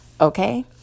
Okay